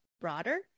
broader